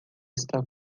está